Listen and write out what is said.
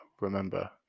remember